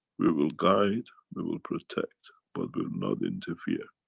we will guide, we will protect, but will not interfere.